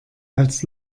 als